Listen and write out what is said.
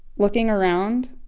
looking around,